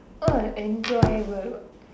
what enjoy where what